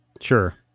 Sure